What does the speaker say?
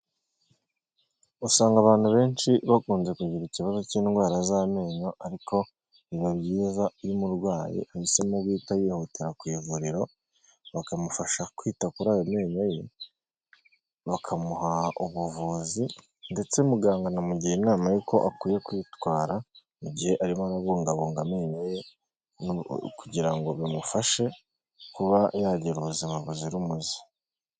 Usanga abantu benshi bakunze kugira ikibazo cy'indwara z'amenyo ariko biba byiza iyo umurwayi ahisemo guhita yihutira ku ivuriro bakamufasha kwita kuri ayo meyo ye bakamuha ubuvuzi ndetse muganga anamugira inama y'uko akwiye kwitwara mu gihe arimo abungabunga amenyo ye kugira ngo bimufashe kuba yagira ubuzima buzira umuze.